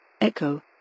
Echo